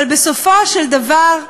אבל בסופו של דבר,